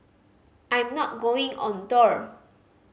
I'm not going on tour